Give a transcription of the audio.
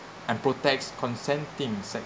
and protects consenting sex